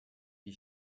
die